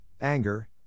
anger